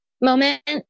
moment